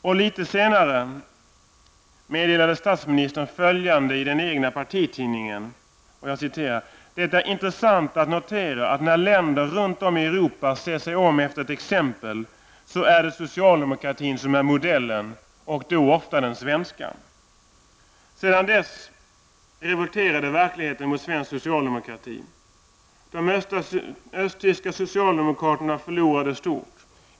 Och litet senare meddelade statsministern följande i den egna partitidningen: ''Det är intressant att notera att när länder runt om i Europa ser sig om efter ett exempel så är det socialdemokratin som är modellen, och då ofta den svenska.'' Sedan dess revolterade verkligheten mot svensk socialdemokrati. De östtyska socialdemokraterna förlorade stort.